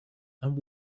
and